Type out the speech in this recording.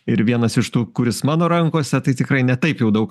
ir vienas iš tų kuris mano rankose tai tikrai ne taip jau daug